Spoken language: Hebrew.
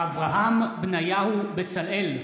אברהם בניהו בצלאל,